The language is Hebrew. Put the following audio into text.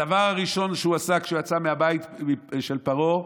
הדבר הראשון שהוא עשה כשהוא יצא מהבית של פרעה: